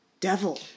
devil